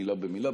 מילה במילה.